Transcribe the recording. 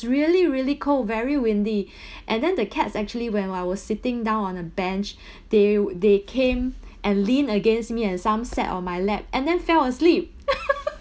really really cold very windy and then the cats actually when I was sitting down on a bench they they came and leaned against me and some sat on my lap and then fell asleep